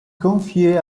confié